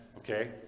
Okay